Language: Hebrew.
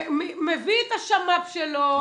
מביא את השמ"פ שלו.